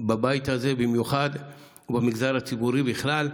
בבית הזה במיוחד ובמגזר הציבורי בכלל.